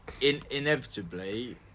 inevitably